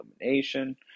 elimination